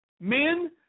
men